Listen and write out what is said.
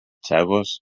chagos